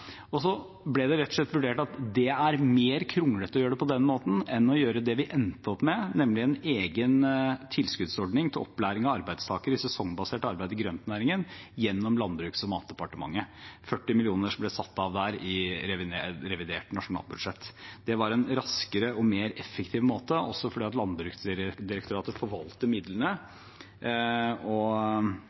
mentorordningen. Så ble det rett og slett vurdert slik at det er mer kronglete å gjøre det på den måten enn å gjøre det vi endte med, nemlig en egen tilskuddsordning til opplæring av arbeidstakere i sesongbasert arbeid i grøntnæringen, gjennom Landbruks- og matdepartementet. 40 mill. kr ble satt av til det i revidert nasjonalbudsjett. Det var en raskere og mer effektiv måte, også fordi Landbruksdirektoratet forvalter midlene og